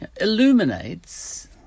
illuminates